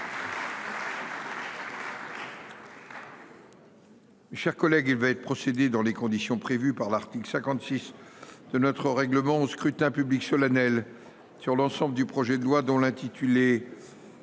Chers collègues, il va être procédé dans les conditions prévues par l'article 56 de notre règlement au scrutin public solennel sur l'ensemble du projet de loi dont l'intitulé.